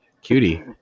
Cutie